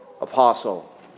apostle